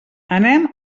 anem